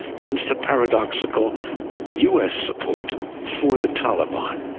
hence the paradoxical us support for the taliban.